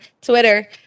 Twitter